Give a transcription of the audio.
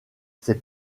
ces